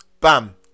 bam